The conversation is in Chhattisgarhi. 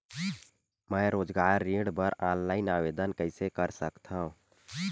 मैं रोजगार ऋण बर ऑनलाइन आवेदन कइसे कर सकथव?